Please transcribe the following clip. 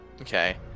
Okay